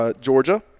Georgia